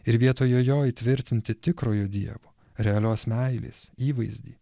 ir vietoje jo įtvirtinti tikrojo dievo realios meilės įvaizdį